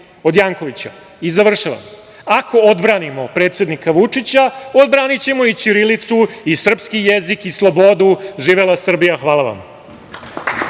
od Jankovića.I završavam, ako odbranimo predsednika Vučića, odbranićemo i ćirilicu i srpski jezik i slobodu. Živela Srbija! Hvala vam.